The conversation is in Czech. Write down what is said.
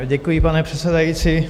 Děkuji, pane předsedající.